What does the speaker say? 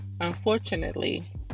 unfortunately